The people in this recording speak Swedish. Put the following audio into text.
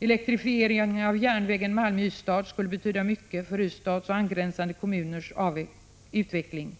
Elektrifiering av järnvägen Malmö-Ystad skulle betyda mycket för Ystads och angränsande kommuners utveckling.